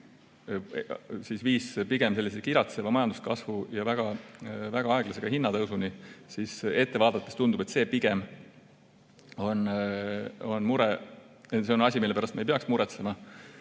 viis pigem kiratseva majanduskasvu ja ka väga aeglase hinnatõusuni, siis ette vaadates tundub, et see pigem on asi, mille pärast me ei peaks muretsema.